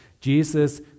Jesus